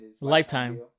Lifetime